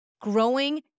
growing